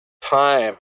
time